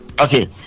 okay